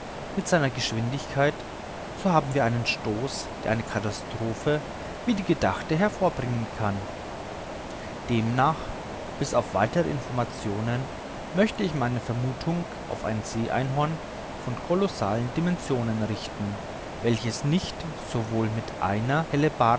mit seiner geschwindigkeit so haben wir einen stoß der eine katastrophe wie die gedachte hervorbringen kann demnach bis auf weitere information möchte ich meine vermuthung auf ein see einhorn von kolossalen dimensionen richten welches nicht sowohl mit einer